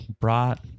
brought